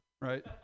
right